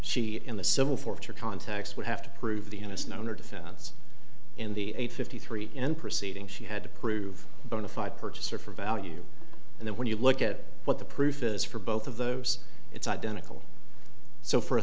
she in the civil forfeiture context would have to prove the innocent under defense in the a fifty three and proceeding she had to prove bona fide purchaser for value and then when you look at what the proof is for both of those it's identical so for a